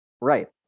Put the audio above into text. Right